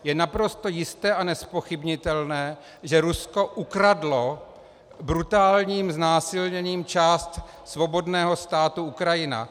Je naprosto jisté a nezpochybnitelné, že Rusko ukradlo brutálním znásilněním část svobodného státu Ukrajina.